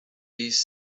these